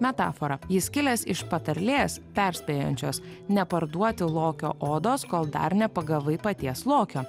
metafora jis kilęs iš patarlės perspėjančios neparduoti lokio odos kol dar nepagavai paties lokio